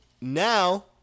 now